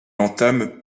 entame